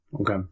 Okay